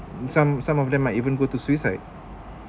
some some of them might even go to suicide